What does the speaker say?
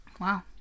wow